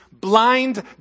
blind